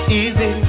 easy